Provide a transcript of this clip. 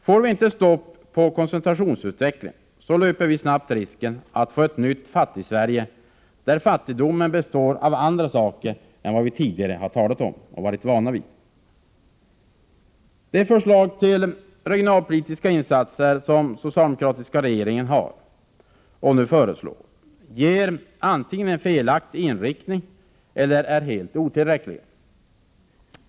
Får vi inte stopp på koncentrationsutvecklingen löper vi snabbt risken att få ett nytt Fattigsverige, där fattigdomen beror på andra förhållanden än vad vi tidigare har varit vana vid. De förslag till regionalpolitiska insatser som den socialdemokratiska regeringen nu presenterar ger antingen en felaktig inriktning, eller också är de helt otillräckliga.